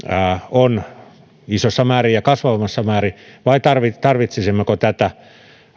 on isossa määrin ja kasvavassa määrin vai tarvitsisimmeko tätä